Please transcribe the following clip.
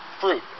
fruit